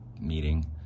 meeting